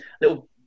little